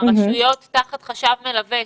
הרשויות תחת חשב מלווה,